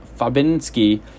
Fabinski